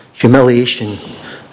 Humiliation